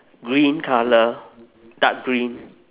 green colour dark green